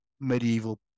medieval